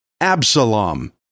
Absalom